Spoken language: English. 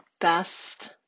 best